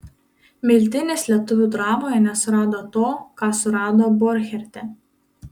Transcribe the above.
miltinis lietuvių dramoje nesurado to ką surado borcherte